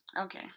Okay